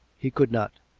he could not.